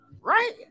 Right